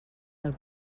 del